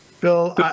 Bill